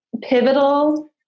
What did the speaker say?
pivotal